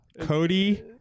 Cody